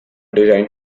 design